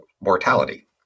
mortality